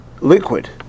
liquid